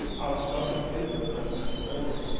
alex johnstone's paper that i mentioned earlier,